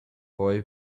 boy